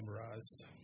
memorized